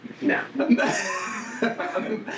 No